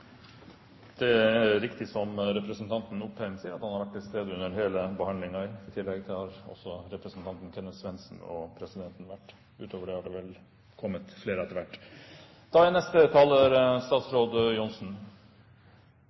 Det er riktig som representanten Opheim sier, at han har vært til stede under hele denne behandlingen. I tillegg har også representanten Kenneth Svendsen og presidenten vært her – utover det har det vel kommet flere etter hvert. Jeg er